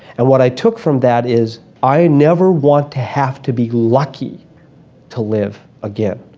and what i took from that is i never want to have to be lucky to live again.